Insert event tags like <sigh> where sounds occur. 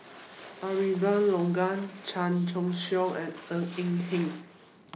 <noise> Abraham Logan Chan Choy Siong and Ng Eng Hen